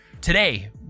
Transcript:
today